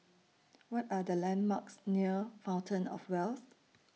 What Are The landmarks near Fountain of Wealth